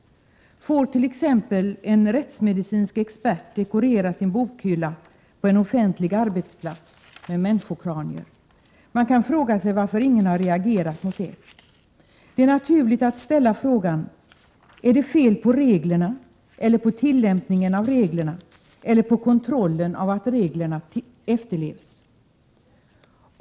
Får t.ex. en rättsmedicinsk expert dekorera sin bokhylla på en offentlig arbetsplats med människokranier? Man kan också fråga sig varför ingen har reagerat mot detta. Det är naturligt att ställa frågan: Är det fel på reglerna eller på tillämpningen av reglerna eller på kontrollen av att reglerna efterlevs?